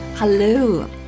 Hello